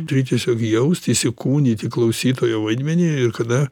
turi tiesiog jaust įsikūnyti klausytojo vaidmenį ir kada